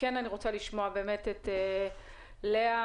כדי לבחון ולבדוק את הנושא הזה.